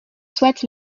souhaitent